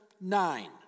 nine